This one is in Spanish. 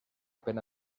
pena